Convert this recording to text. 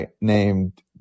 named